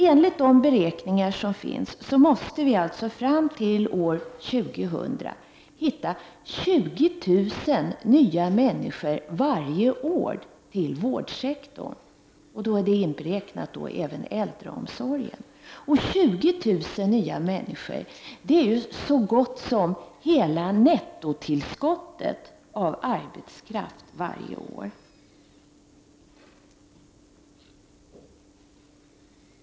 Enligt de beräkningar som har gjorts måste det varje år fram till år 2000 tas fram 20 000 ytterligare människor till vårdsektorn. Då är även äldreomsorgen inräknad. 20 000 nya människor är så gott som hela nettotillskottet av arbetskraft varje år.